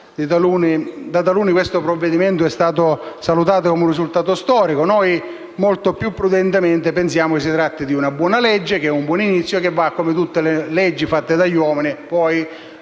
Da taluni questo provvedimento è stato salutato come un risultato storico. Noi, molto più prudentemente, pensiamo si tratterà di una buona legge, di un buon inizio che poi, come tutte le leggi fatte dagli uomini,